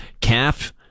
calf